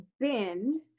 bend